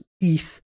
ETH